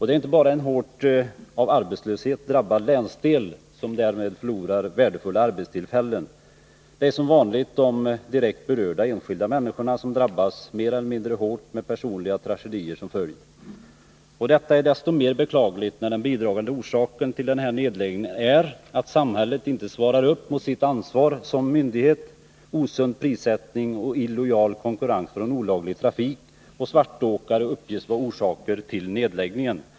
Det är inte bara en av arbetslöshet hårt drabbad länsdel som därmed förlorar värdefulla arbetstillfällen. Det är som vanligt också de direkt berörda enskilda människorna som drabbas mer eller mindre hårt, med personliga tragedier som följd. Detta är desto mer beklagligt när den bidragande orsaken till den här nedläggningen är att samhället inte svarar upp mot sitt ansvar som myndighet. Osund prissättning och illojal konkurrens från olaglig trafik och svartåkare uppges vara orsaker till nedläggningen.